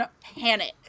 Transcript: panic